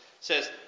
says